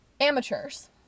amateurs